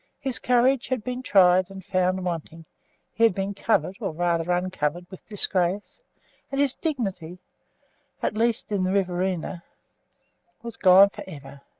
his courage had been tried and found wanting he had been covered or, rather, uncovered with disgrace and his dignity at least in riverina was gone for ever.